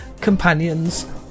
companions